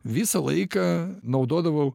visą laiką naudodavau